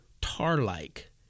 tar-like